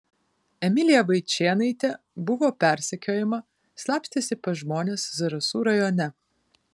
emilija vaičėnaitė buvo persekiojama slapstėsi pas žmones zarasų rajone